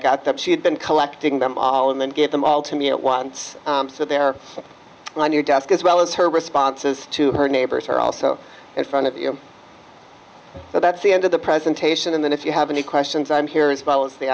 got that she had been collecting them all and then gave them all to me at once so they're on your desk as well as her responses to her neighbors are also in front of you well that's the end of the presentation in that if you have any questions on here as well as the